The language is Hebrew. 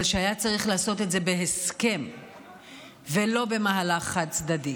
אבל שהיה צריך לעשות את זה בהסכם ולא במהלך חד-צדדי.